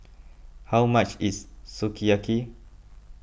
how much is Sukiyaki